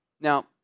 now